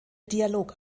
dialog